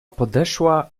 podeszła